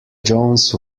jones